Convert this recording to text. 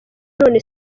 none